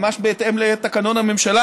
ממש בהתאם לתקנון הממשלה,